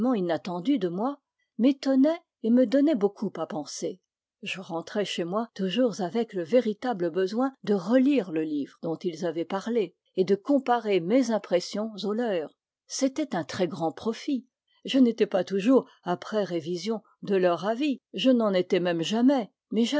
inattendus de moi m'étonnaient et me donnaient beaucoup à penser je rentrais chez moi toujours avec le véritable besoin de relire le livre dont ils avaient parlé et de comparer mes impressions aux leurs c'était un très grand profit je n'étais pas toujours après révision de leur avis je n'en étais même jamais mais